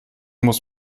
muss